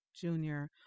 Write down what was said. Junior